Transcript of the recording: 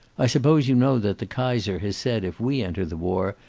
i suppose you know that the kaiser has said, if we enter the war,